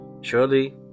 Surely